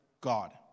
God